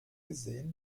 gesehen